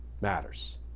matters